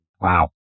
Wow